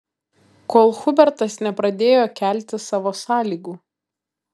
kol hubertas nepradėjo kelti savo sąlygų